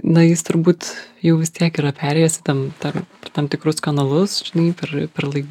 na jis turbūt jau vis tiek yra perėjęs tam tam tam tikrus kanalus žinai per per lai